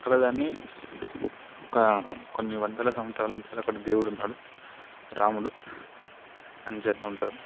అక్కడ దాన్ని ఒక కొన్ని వందల సంవత్సరాల నుంచి అక్కడ దేవుడు ఉన్నాడు రాముడు అంజిన్న ఉంటాడు